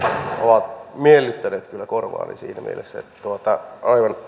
ovat miellyttäneet kyllä korvaani siinä mielessä että aivan